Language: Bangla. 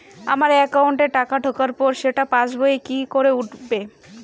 আমার একাউন্টে টাকা ঢোকার পর সেটা পাসবইয়ে কি করে উঠবে?